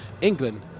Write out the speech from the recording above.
England